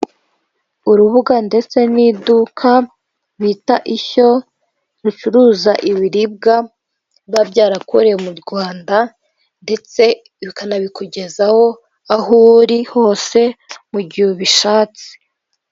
Urubuga ndetse n'iduka bita ishyo ricuruza ibiribwa biba byarakorewe mu Rwanda ndetse bakanabikugezaho aho uri hose mu gihe ubishatse.